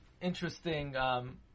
interesting